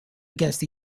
against